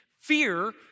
fear